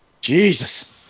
Jesus